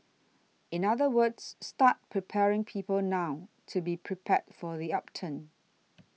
in other words start preparing people now to be prepared for the upturn